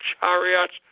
chariots